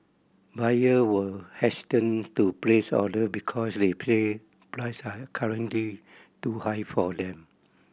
buyer were hesitant to place order because they play price are currently too high for them